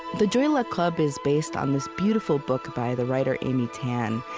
the joy luck club is based on this beautiful book by the writer amy tan,